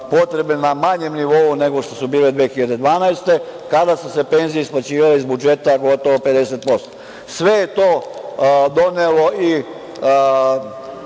potrebe na manjem nivou nego što su bile 2012. godine, kada su se penzije isplaćivale iz budžeta gotovo 50%.Sve je to donelo i